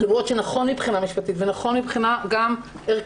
למרות שנכון מבחינה משפטית ונכון גם מבחינה ערכית,